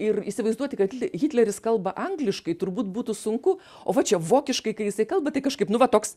ir įsivaizduoti kad hitle hitleris kalba angliškai turbūt būtų sunku o va čia vokiškai kai jisai kalba tai kažkaip nu va toks